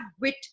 wit